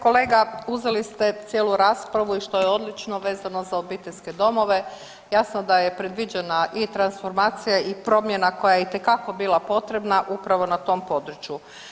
Kolega uzeli ste cijelu raspravu i što je odlično vezano za obiteljske domove jasno da je predviđena i transformacija i promjena koja je itekako bila potrebna upravo na tom području.